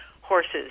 horses